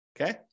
Okay